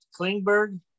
Klingberg